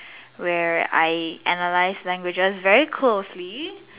where I analyse language very closely